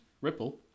Ripple